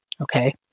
Okay